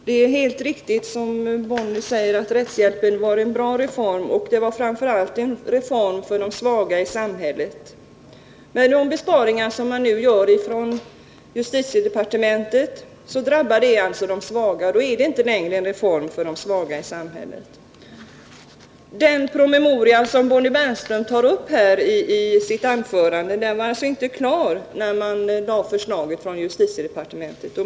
Herr talman! Det är, som Bonnie Bernström säger, helt riktigt att rättshjälpsreformen var en bra reform. Och det var framför allt en reform för de svaga i samhället. Men de besparingar som justitiedepartementet nu vill göra drabbar de svaga, och då är det inte längre en reform för de svaga i samhället. Den promemoria som Bonnie Bernström tar upp i sitt anförande var inte klar när justitiedepartementet lade fram förslaget.